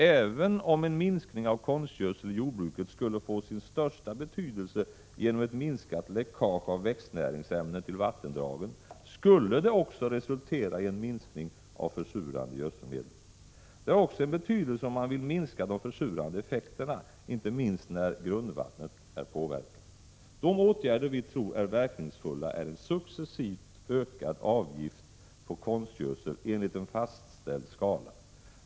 Även om en minskning av konstgödselanvändningen i jordbruket skulle få sin största betydelse genom ett minskat läckage av växtnäringsämnen till vattendragen, skulle den också resultera i en minskning av mängden försurande gödselmedel. Det har också en betydelse om man vill minska de försurande effekterna, inte minst där grundvattnet är påverkat. En åtgärd som vi tror är verkningsfull är en successivt ökad avgift på konstgödsel enligt en fastställd skala.